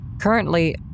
Currently